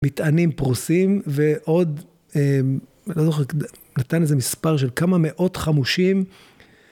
מטענים פרוסים ועוד לא זוכר נתן איזה מספר של כמה מאות חמושים